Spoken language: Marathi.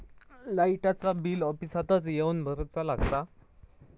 लाईटाचा बिल ऑफिसातच येवन भरुचा लागता?